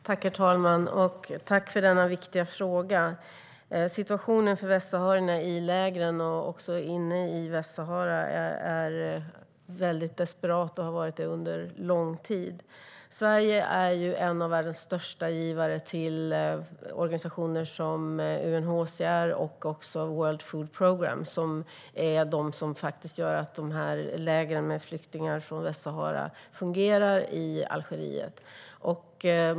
Herr talman! Jag vill tacka för denna viktiga fråga. Situationen för västsaharierna i lägren och även inne i Västsahara är väldigt desperat och har varit det under lång tid. Sverige är en av världens största givare till organisationer som UNHCR och World Food Programme, som gör så att lägren med flyktingar från Västsahara fungerar i Algeriet.